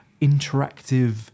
interactive